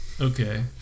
okay